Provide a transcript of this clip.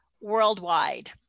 worldwide